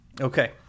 Okay